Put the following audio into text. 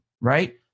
Right